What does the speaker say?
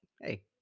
hey